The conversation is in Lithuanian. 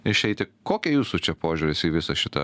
išeiti kokia jūsų čia požiūris į visą šitą